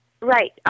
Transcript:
right